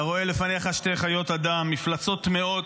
אתה רואה לפניך שתי חיות אדם, מפלצות טמאות,